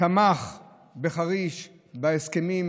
תמך בחריש בהסכמים